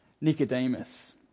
Nicodemus